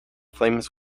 flames